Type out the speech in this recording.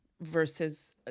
versus